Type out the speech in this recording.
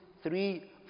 three